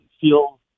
feel